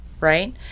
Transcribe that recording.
right